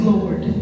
Lord